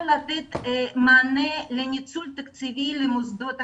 לתת מענה לניצול תקציבי למוסדות החינוך,